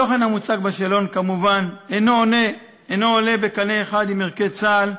התוכן המוצג בשאלון כמובן אינו עולה בקנה אחד עם ערכי צה"ל.